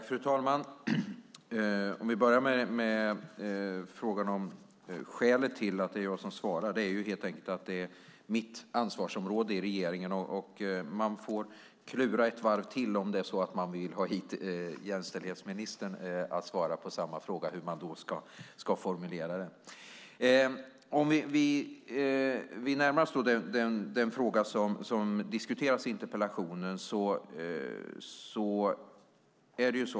Fru talman! Låt oss börja med skälet till att jag svarar. Det är mitt ansvarsområde i regeringen. Man får klura ett varv till på formuleringen av frågan om man vill få hit jämställdhetsministern. Vi närmar oss frågan som diskuteras i interpellationen.